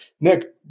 Nick